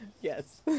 Yes